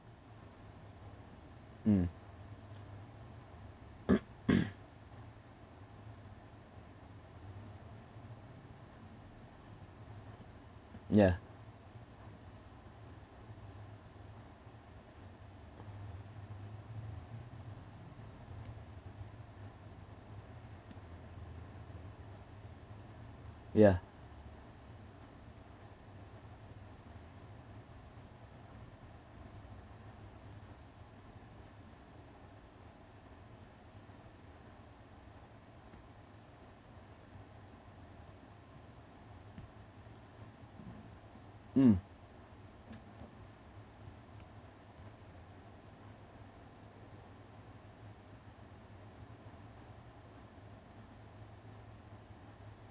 mm yeah yeah mm